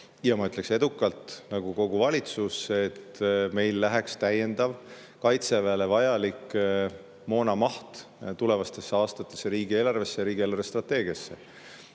ja ma ütleks, et edukalt –, nagu kogu valitsus, et meil läheks täiendav Kaitseväele vajaliku moona maht tulevaste aastate riigieelarvesse ja riigi eelarvestrateegiasse.